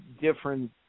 different